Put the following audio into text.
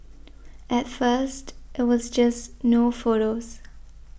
at first it was just no photos